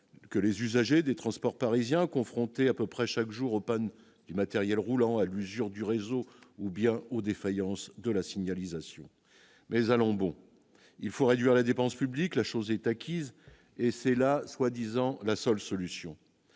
que les usagers des transports parisiens confrontés à peu près chaque jour aux pannes du matériel roulant, usure du réseau ou bien aux défaillances de la signalisation mais allons bon, il faut réduire la dépense publique, la chose est acquise et c'est la soi-disant la seule solution,